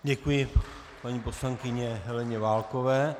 Děkuji paní poslankyni Heleně Válkové.